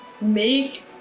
Make